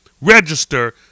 register